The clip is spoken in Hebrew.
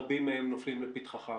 רבים מהם נופלים לפתחך.